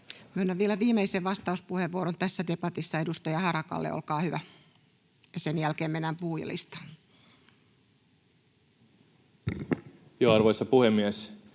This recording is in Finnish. Myönnän vielä viimeisen vastauspuheenvuoron tässä debatissa edustaja Harakalle, olkaa hyvä. Sen jälkeen mennään puhujalistaan. [Speech